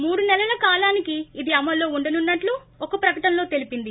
మూడు నెలల కాలానికి ఇది అమల్లో ఉండనున్నట్లు ఒక ప్రకటనలో తెలిపింది